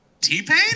T-Pain